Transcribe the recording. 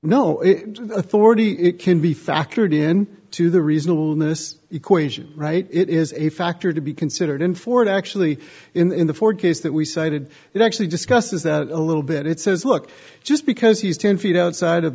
no authority it can be factored in to the reasonable in this equation right it is a factor to be considered for it actually in the four case that we cited it actually discussed is that a little bit it says look just because he's ten feet outside of